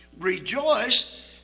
Rejoice